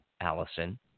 Allison